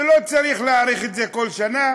ולא צריך להאריך את זה כל שנה,